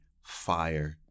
fire